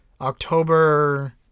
October